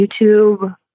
YouTube